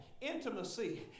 intimacy